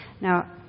Now